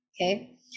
okay